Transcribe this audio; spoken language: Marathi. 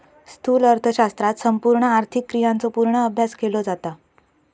स्थूल अर्थशास्त्रात संपूर्ण आर्थिक क्रियांचो पूर्ण अभ्यास केलो जाता